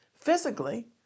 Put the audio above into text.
physically